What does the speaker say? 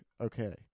okay